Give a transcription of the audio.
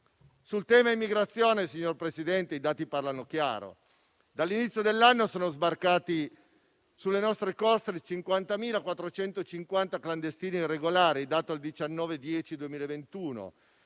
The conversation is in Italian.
Sul tema immigrazione, signor Presidente, i dati parlano chiaro: dall'inizio dell'anno sono sbarcati sulle nostre coste 50.450 clandestini irregolari (dato al 19